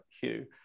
Hugh